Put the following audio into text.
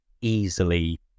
easily